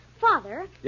Father